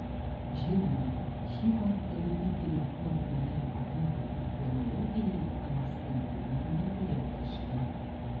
žinoma šį faktą laikyti rimtu argumentu pilkapių chronologijai ankstinti būtų nekorektiška